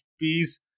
peace